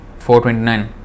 429